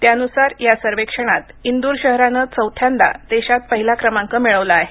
त्यानुसार या सर्वेक्षणात इंदूर शहरानं चवथ्यांदा देशात पहिला क्रमांक मिळवला आहे